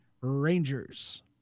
Rangers